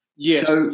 yes